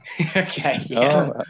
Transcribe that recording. Okay